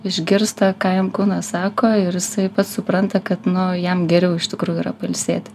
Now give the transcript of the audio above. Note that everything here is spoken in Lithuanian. išgirsta ką jam kūnas sako ir jisai pats supranta kad nu jam geriau iš tikrųjų yra pailsėti